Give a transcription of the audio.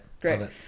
Great